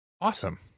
Awesome